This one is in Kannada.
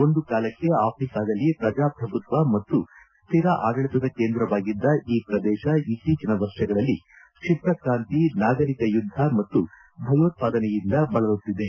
ಒಂದು ಕಾಲಕ್ಕೆ ಆಫ್ರಿಕಾದಲ್ಲಿ ಪ್ರಜಾಪ್ರಭುತ್ವ ಮತ್ತು ಸ್ಥಿರ ಆಡಳಿತದ ಕೇಂದ್ರವಾಗಿದ್ದ ಈ ಪ್ರದೇಶ ಇತ್ತೀಚಿನ ವರ್ಷಗಳಲ್ಲಿ ಕ್ಷಿಪ್ರ ಕಾಂತಿ ನಾಗರಿಕ ಯುದ್ದ ಮತ್ತು ಭಯೋತ್ಪಾದನೆಯಿಂದ ಬಳಲುತ್ತಿದೆ